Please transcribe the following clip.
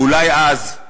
אולי אז,